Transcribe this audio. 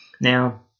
now